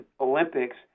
Olympics